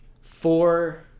four